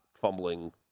fumbling